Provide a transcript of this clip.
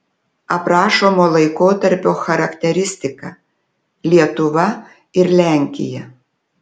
aprašomo laikotarpio charakteristika lietuva ir lenkija